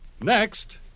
Next